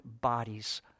bodies